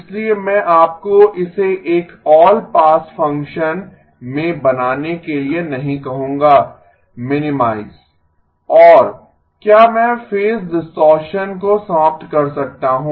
इसलिए मैं आपको इसे एक ऑल पास फंक्शन में बनाने के लिए नहीं कहूंगा मिनीमाइज और क्या मैं फेज डिस्टॉरशन को समाप्त कर सकता हूं